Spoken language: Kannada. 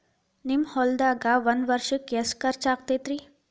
ನಿಮ್ಮ ಹೊಲ್ದಾಗ ಒಂದ್ ವರ್ಷಕ್ಕ ಎಷ್ಟ ಖರ್ಚ್ ಆಕ್ಕೆತಿ?